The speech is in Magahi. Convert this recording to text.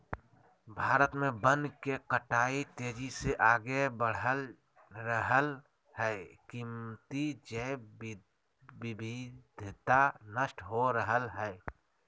भारत में वन के कटाई तेजी से आगे बढ़ रहल हई, कीमती जैव विविधता नष्ट हो रहल हई